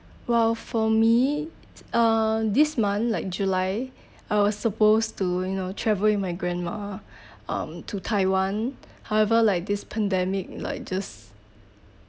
well for me uh this month like july I was supposed to you know travel with my grandma um to taiwan however like this pandemic like just